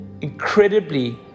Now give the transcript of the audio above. incredibly